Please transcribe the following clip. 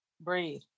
breathe